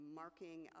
marking